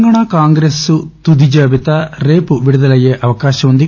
తెలంగాణ కాంగ్రెస్ తుది జాబితా రేపు విడుదలయ్యే అవకాశముంది